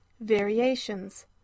variations